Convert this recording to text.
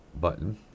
button